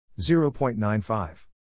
0.95